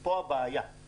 וכאן הבעיה.